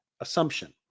assumption